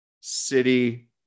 City